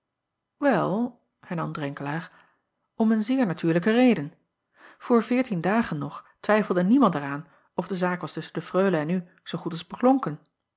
el hernam renkelaer om een zeer natuurlijke reden oor veertien dagen nog twijfelde niemand er aan of de zaak was tusschen de reule en u zoo goed als beklonken